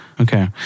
Okay